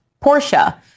portia